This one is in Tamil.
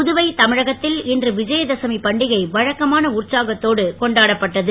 புதுவை தமிழகத்தில் இன்று விஜயதசமி பண்டிகை வழக்கமான உற்சாகத்தோடு கொண்டாடப்பட்டது